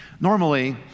Normally